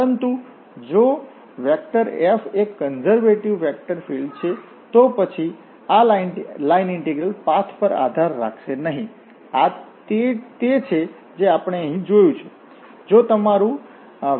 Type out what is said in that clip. પરંતુ જો F એક કન્ઝર્વેટિવ વેક્ટર ફીલ્ડ્ છે તો પછી આ લાઇન ઇન્ટીગ્રલ પાથ પર આધાર રાખશે નહીં આ તે છે જે આપણે અહીં જોયું છે